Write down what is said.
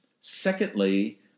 Secondly